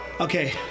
Okay